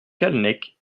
callennec